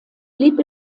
blieb